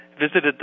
visited